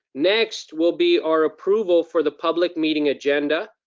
next will be our approval for the public meeting agenda.